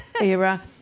era